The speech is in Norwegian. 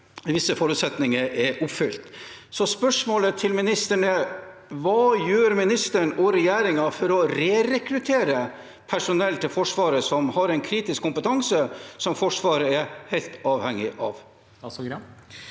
visse forutsetninger er oppfylt. Spørsmålet til ministeren er: Hva gjør ministeren og regjeringen for å rerekruttere personell til Forsvaret som har en kritisk kompetanse som Forsvaret er helt avhengig av?